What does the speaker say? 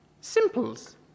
Simples